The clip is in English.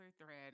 thread